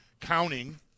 counting